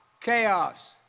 chaos